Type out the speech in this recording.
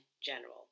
general